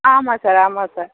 ஆமாம் சார் ஆமாம் சார்